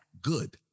good